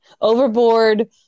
overboard